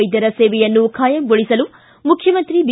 ವೈದ್ಯರ ಸೇವೆಯನ್ನು ಖಾಯಂ ಗೊಳಿಸಲು ಮುಖ್ಯಮಂತ್ರಿ ಬಿ